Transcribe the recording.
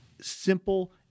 simple